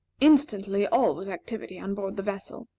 instantly all was activity on board the vessel.